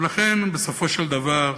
ולכן, בסופו של דבר,